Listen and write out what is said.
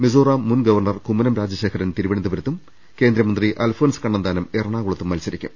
മിസോറാം മുൻ ഗവർണ്ണർ കുമ്മനം രാജശേഖരൻ തിരുവനന്തപു രത്തും കേന്ദ്രമന്ത്രി അൽഫോൺസ് കണ്ണന്താനം എറണാകുളത്തും മത്സരിക്കും